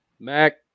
Mac